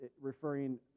referring